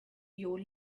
your